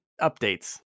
updates